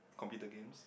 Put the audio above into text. computer games